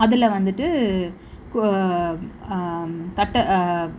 அதில் வந்துட்டு கோ தட்ட